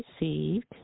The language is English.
received